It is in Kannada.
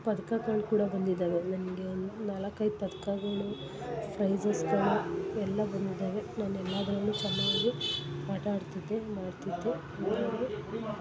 ಪದ್ಕಗಳು ಕೂಡ ಬಂದಿದಾವೆ ನನಗೆ ನಾಲ್ಕು ಐದು ಪದಕಗಳು ಪ್ರೈಸಸ್ಗಳು ಎಲ್ಲ ಬಂದಿದಾವೆ ನಾನು ಎಲ್ಲದರಲ್ಲೂ ಚೆನ್ನಾಗಿ ಆಟ ಆಡ್ತಿದ್ದೆ ಮಾಡ್ತಿದ್ದೆ ಹಂಗಾಗಿ